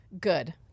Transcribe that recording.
Good